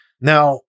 Now